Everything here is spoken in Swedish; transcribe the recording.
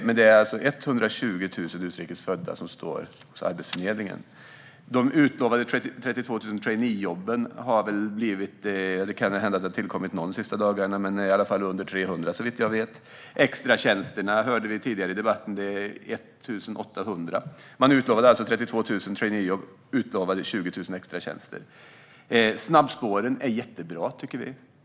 Men det är alltså 120 000 utrikes födda som finns hos Arbetsförmedlingen. Av de utlovade 32 000 traineejobben har det blivit under 300, såvitt jag vet, även om det kanske har tillkommit något under de senaste dagarna. Vi hörde i en tidigare debatt om extratjänsterna; de är 1 800. Man utlovade alltså 32 000 traineejobb och 20 000 extratjänster. Snabbspåren är jättebra, tycker vi.